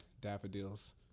daffodils